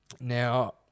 Now